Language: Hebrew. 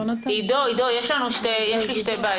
עידו, יש לי שתי בעיות.